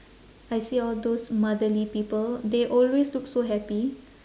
I see all those motherly people they always look so happy